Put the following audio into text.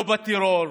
לא בטרור,